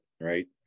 right